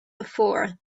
before